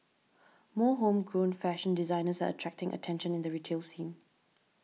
more homegrown fashion designers are attracting attention in the retail scene